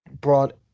brought